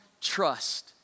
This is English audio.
trust